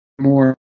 more